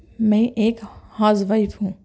میں ایک housewife ہوں